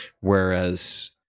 Whereas